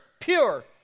pure